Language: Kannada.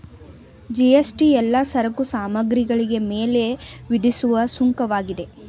ಜಿ.ಎಸ್.ಟಿ ಎಲ್ಲಾ ಸರಕು ಸಾಮಗ್ರಿಗಳಿಗೆ ಮೇಲೆ ವಿಧಿಸುವ ಸುಂಕವಾಗಿದೆ